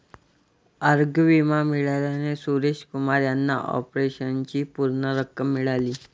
आरोग्य विमा मिळाल्याने सुरेश कुमार यांना ऑपरेशनची पूर्ण रक्कम मिळाली